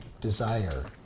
desire